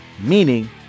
meaning